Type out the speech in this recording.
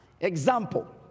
example